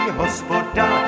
hospoda